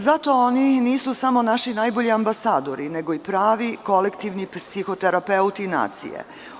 Zato oni i nisu samo naši najbolji ambasadori, nego i pravi kolektivni psihoterapeuti nacije.